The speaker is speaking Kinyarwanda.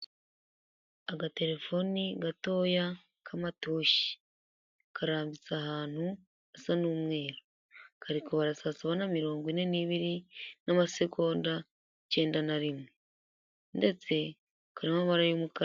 Agaterefoni gatoya k'amatushi karambitse ahantu hasa n'umweru, kari kubara saasaba na mirongo ine n'ibiri n'amasegonda mirongo icyenda na rimwe ndetse karimo amabara y'umukara.